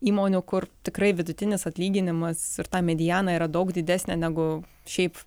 įmonių kur tikrai vidutinis atlyginimas ir ta mediana yra daug didesnė negu šiaip